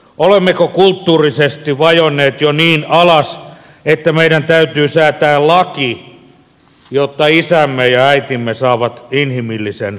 olemmeko kulttuurisesti vajonneet jo niin alas että meidän täytyy säätää laki jotta isämme ja äitimme saavat inhimillisen vanhuudenturvan